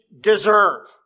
deserve